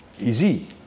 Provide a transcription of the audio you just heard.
Easy